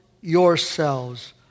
yourselves